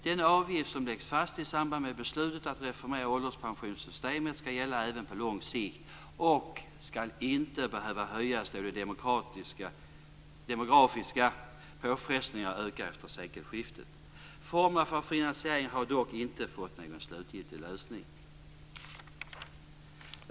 Den avgift som lagts fast i samband med beslutet att reformera ålderspensionssystemet skall gälla även på lång sikt och skall inte behöva höjas då de demografiska påfrestningarna ökar efter sekelskiftet. Formerna för finansieringen har dock inte fått någon slutgiltig lösning.